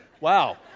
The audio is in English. wow